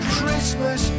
Christmas